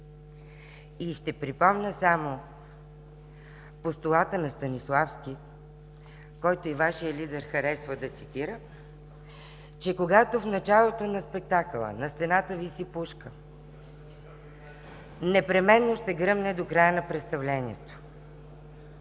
ще припомня постулата на Станиславски, когото и Вашият лидер харесва да цитира, че когато в началото на спектакъла на стената виси пушка, непременно ще гръмне до края на представлението.